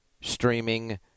streaming